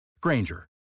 Granger